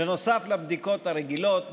נוסף לבדיקות הרגילות,